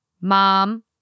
mom